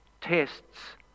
tests